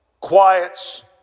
quiets